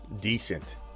decent